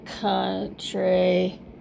country